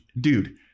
dude